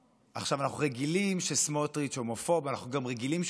אנחנו רגילים שסמוטריץ' הומופוב ואנחנו גם רגילים שהוא גזען.